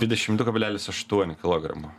dvidešim du kalblelis aštuoni kilogramo